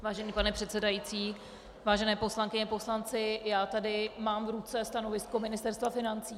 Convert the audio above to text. Vážený pane předsedající, vážené poslankyně, poslanci, já tady mám v ruce stanovisko Ministerstva financí.